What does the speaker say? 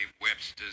Webster's